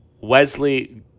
Wesley